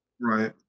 Right